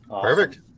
Perfect